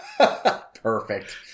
perfect